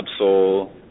Absol